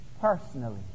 personally